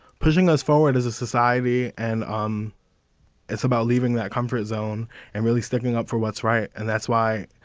pushing us forward as a society. and um it's about leaving that comfort zone and really sticking up for what's right. and that's why,